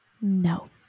No